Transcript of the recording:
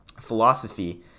philosophy